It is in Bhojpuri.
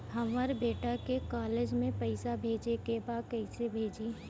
हमर बेटा के कॉलेज में पैसा भेजे के बा कइसे भेजी?